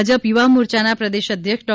ભાજપ યુવા મોરચાના પ્રદેશ અધ્યક્ષ ડૉ